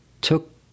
took